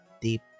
deep